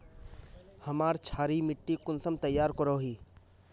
हमार क्षारी मिट्टी कुंसम तैयार करोही?